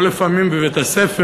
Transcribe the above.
או לפעמים בבית-הספר,